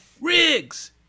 Riggs